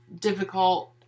difficult